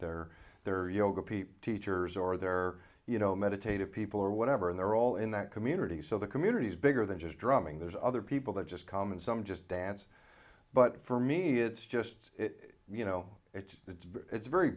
they're there are yoga people teachers or their you know meditative people or whatever and they're all in that community so the community is bigger than just drumming there's other people that just come and some just dance but for me it's just you know it's it's very